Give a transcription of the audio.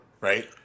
Right